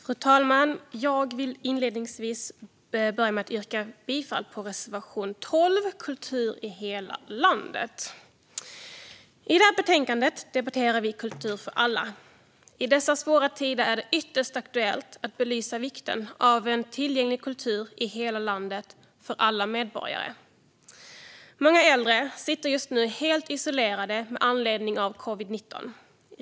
Fru talman! Jag vill inledningsvis yrka bifall till reservation 12, Kultur i hela landet. I detta betänkande debatterar vi kultur för alla. I dessa svåra tider är det ytterst aktuellt att belysa vikten av en tillgänglig kultur i hela landet, för alla medborgare. Många äldre sitter just nu helt isolerade med anledning av covid-19.